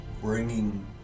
bringing